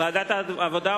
ועדת העבודה,